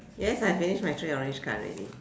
yes I finish my three orange card already